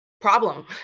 problem